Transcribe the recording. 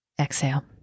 exhale